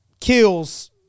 kills